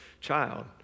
child